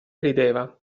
rideva